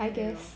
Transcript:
!aiyo!